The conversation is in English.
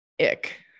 Ick